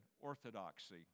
orthodoxy